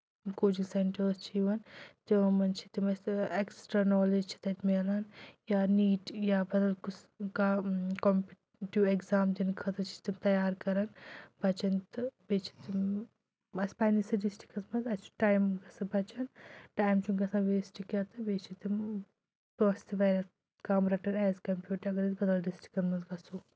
coaching centres چھِ یِوان تِمَن منٛز چھِ تِم اَسہِ اٮ۪کٕسٹرٛا نالیج چھِ تَتہِ میلان یا نیٖٹ یا بَدَل کُس کانٛہہ کَمپِٹِو اٮ۪کزام دِنہٕ خٲطرٕ چھِ تِم تَیار کَران بَچَن تہٕ بیٚیہِ چھِ تِم اَسہِ پنٛنِسٕے ڈِسٹرکَس منٛز اَسہِ چھُ ٹایِم گَژھان بَچَن ٹایِم چھُنہٕ گژھان ویسٹ کینٛہہ تہٕ بیٚیہِ چھِ تِم پونٛسہٕ تہِ واریاہ کَم رَٹان ایز کَمپیٲڈ ٹُہ اَگَر أسۍ بَدَل ڈِسٹِرٛکَن منٛز گژھو